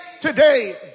today